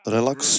Relax